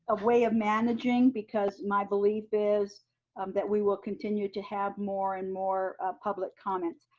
ah way of managing. because my belief is that we will continue to have more and more public comments.